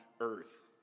earth